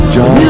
John